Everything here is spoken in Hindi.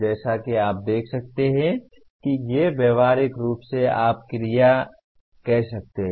जैसा कि आप देख सकते हैं कि ये व्यावहारिक रूप से आप क्रिया क्रिया कह सकते हैं